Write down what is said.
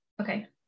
okay